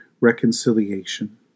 reconciliation